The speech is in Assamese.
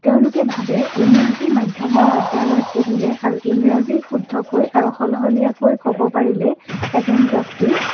তেওঁলোকে ভাবে ইংৰাজী মাধ্যমৰ বিদ্যালয়ত পঢ়িলে আৰু ইংৰাজী শুদ্ধকৈ আৰু সলসলীয়াকৈ ক'ব পাৰিলেই এজন ব্যক্তি